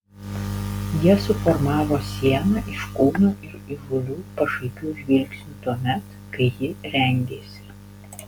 jie suformavo sieną iš kūnų ir įžūlių pašaipių žvilgsnių tuomet kai ji rengėsi